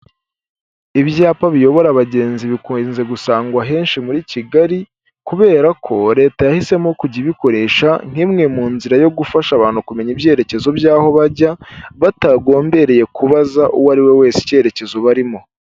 Ibyapa biyobora abagenzi bikunze gusangwa henshi muri Kigali kubera ko leta yahisemo kujya ibikoresha nk'imwe mu nzira yo gufasha abantu kumenya ibyerekezo by'aho bajya batagombereye kubaza uwo ariwe wese icyerekezo barimo.